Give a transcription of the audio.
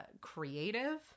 creative